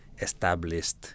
established